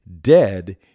dead